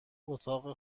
اتاق